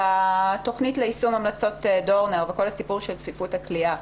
והתכנית ליישום המלצות דורנר לגבי צפיפות הכליאה.